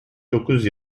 dokuz